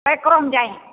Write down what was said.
pack करो हम जाएँ